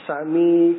Sami